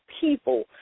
people